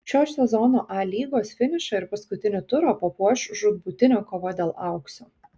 šio sezono a lygos finišą ir paskutinį turą papuoš žūtbūtinė kova dėl aukso